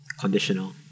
conditional